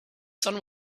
sun